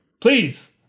please